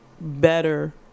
Better